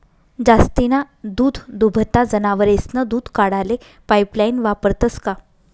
जास्तीना दूधदुभता जनावरेस्नं दूध काढाले पाइपलाइन वापरतंस का?